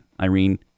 Irene